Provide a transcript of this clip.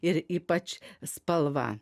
ir ypač spalva